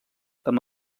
amb